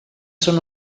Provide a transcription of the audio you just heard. són